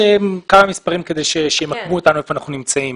כמה מספרים כדי שימקמו אותנו במקום בו אנחנו נמצאים.